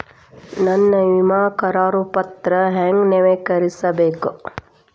ನನ್ನ ವಿಮಾ ಕರಾರ ಪತ್ರಾ ಹೆಂಗ್ ನವೇಕರಿಸಬೇಕು?